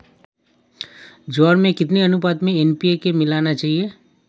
ज्वार में कितनी अनुपात में एन.पी.के मिलाना चाहिए?